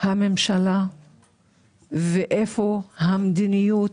הממשלה ואיפה המדיניות